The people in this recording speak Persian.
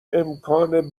امکان